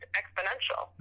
exponential